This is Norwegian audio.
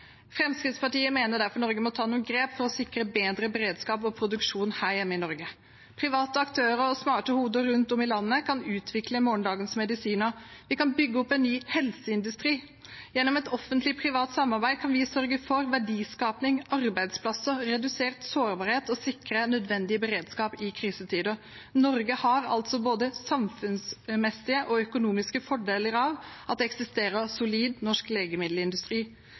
Fremskrittspartiet mener derfor Norge bør ta noen grep for å sikre bedre beredskap og produksjon her hjemme i Norge. Private aktører og smarte hoder rundt om i landet kan utvikle morgendagens medisiner. Vi kan bygge opp en ny helseindustri. Gjennom et offentlig-privat samarbeid kan vi sørge for verdiskaping, arbeidsplasser og redusert sårbarhet og sikre nødvendig beredskap i krisetider. Norge har altså både samfunnsmessige og økonomiske fordeler av at det eksisterer en solid norsk legemiddelindustri.